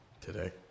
today